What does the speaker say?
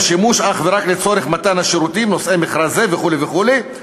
שימוש אך ורק לצורך מתן השירותים נושאי מכרז זה וכו' וכו'.